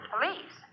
Police